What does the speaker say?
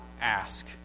ask